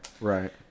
Right